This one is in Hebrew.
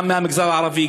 גם מהמגזר הערבי,